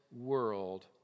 world